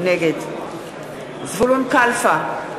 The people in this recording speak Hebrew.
נגד זבולון קלפה,